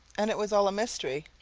and it was all a mystery,